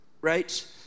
right